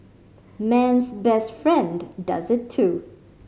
man's best friend does it too